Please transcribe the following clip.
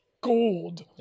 gold